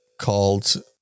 called